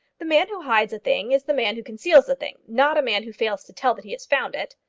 the man who hides a thing is the man who conceals the thing not a man who fails to tell that he has found it.